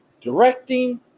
directing